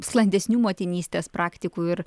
sklandesnių motinystės praktikų ir